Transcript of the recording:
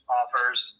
offers